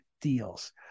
deals